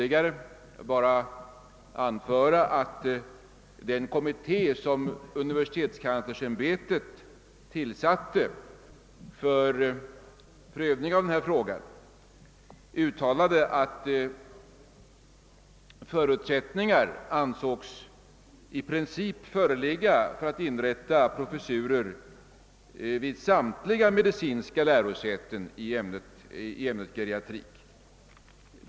Jag vill bara tillägga att den kommitté, som universitetskanslersämbetet tillsatte för att pröva den frågan, uttalade att förutsättningar i princip ansågs föreligga för att inrätta professurer vid samtliga medicinska lärosäten i ämnet geriatrik.